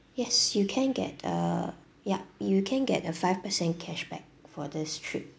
yes you can get a yup you can get a five percent cashback for this trip